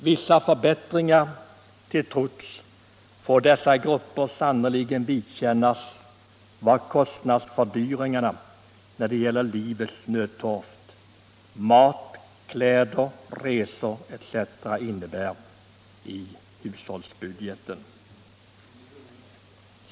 Vissa förbättringar till trots får dessa grupper sannerligen vidkännas vad kostnadsfördyringarna när det gäller livets nödtorft — mat, kläder, resor etc. — innebär i hushållsbudgeten.